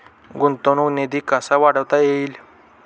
गुंतवणूक निधी कसा वाढवता येईल?